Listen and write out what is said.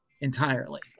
entirely